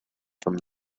from